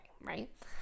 right